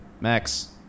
Max